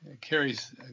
carries